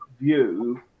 view